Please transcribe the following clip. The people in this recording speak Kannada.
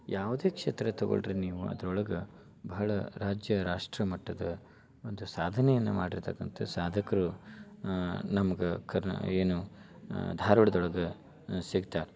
ಯಾವುದೇ ಕ್ಷೇತ್ರ ತಗೊಳ್ರಿ ನೀವು ಅದ್ರೊಳಗೆ ಬಹಳ ರಾಜ್ಯ ರಾಷ್ಟ್ರ ಮಟ್ಟದ ಒಂದು ಸಾಧನೆಯನ್ನು ಮಾಡಿರ್ತ್ತಕ್ಕಂಥ ಸಾಧಕರು ನಮ್ಗೆ ಕರೆ ಏನು ಧಾರವಾಡದೊಳಗೆ ಸಿಗ್ತಾರೆ